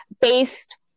based